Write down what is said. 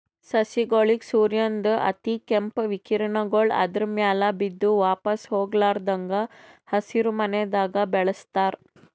ಸಸಿಗೋಳಿಗ್ ಸೂರ್ಯನ್ದ್ ಅತಿಕೇಂಪ್ ವಿಕಿರಣಗೊಳ್ ಆದ್ರ ಮ್ಯಾಲ್ ಬಿದ್ದು ವಾಪಾಸ್ ಹೊಗ್ಲಾರದಂಗ್ ಹಸಿರಿಮನೆದಾಗ ಬೆಳಸ್ತಾರ್